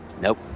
nope